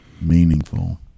meaningful